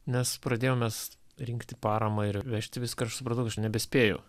nes pradėjom mes rinkti paramą ir vežti viską ir aš supratau kad aš nebespėju